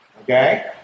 okay